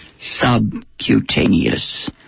...subcutaneous